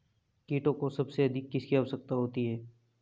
कीटों को सबसे अधिक किसकी आवश्यकता होती है?